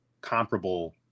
comparable